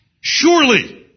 Surely